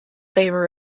favor